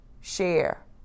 share